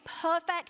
perfect